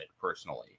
personally